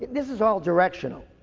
this is all directional.